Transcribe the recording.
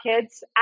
kids